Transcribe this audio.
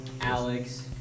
Alex